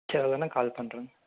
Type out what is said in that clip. சரி எதுனா கால் பண்றேங்க